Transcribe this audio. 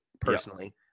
personally